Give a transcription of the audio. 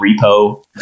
repo